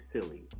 silly